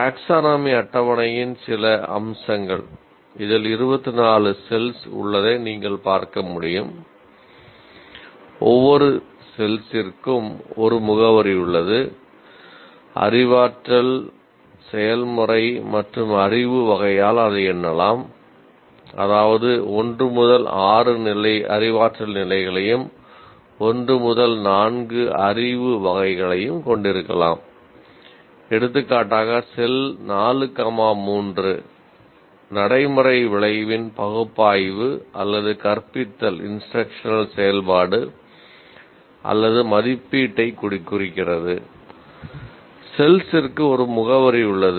taxonomy உள்ளது